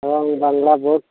Bangla board